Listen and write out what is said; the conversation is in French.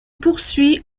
poursuit